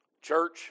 Church